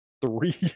three